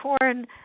corn